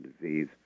disease